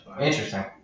Interesting